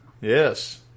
Yes